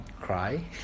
cry